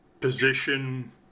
position